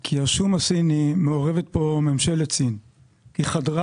כי בשום הסיני מעורבת ממשלת סין שחדרה